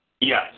Yes